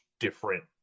different